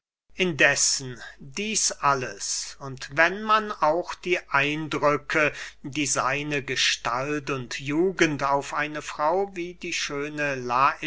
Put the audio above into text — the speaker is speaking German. indessen dieß alles und wenn man auch die eindrücke die seine gestalt und jugend auf eine frau wie die schöne